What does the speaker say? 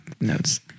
notes